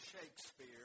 Shakespeare